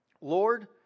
Lord